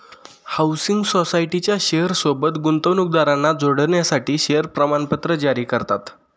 housing सोसायटीच्या share सोबत गुंतवणूकदारांना जोडण्यासाठी शेअर प्रमाणपत्र जारी करतात